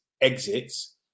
exits